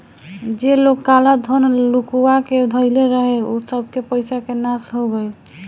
जे लोग काला धन लुकुआ के धइले रहे उ सबके पईसा के नाश हो गईल